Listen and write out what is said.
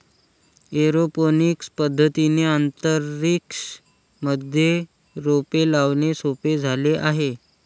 aeroponics पद्धतीने अंतरिक्ष मध्ये रोपे लावणे सोपे झाले आहे